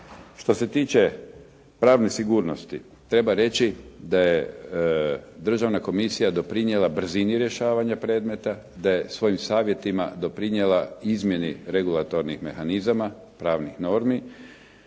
Što se tiče pravne sigurnosti, treba reći da je državna komisija doprinijela brzini rješavanja predmeta, da je svojim savjetima doprinijela izmjeni regulatornih mehanizama pravnih normi,